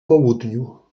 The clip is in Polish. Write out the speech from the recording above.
południu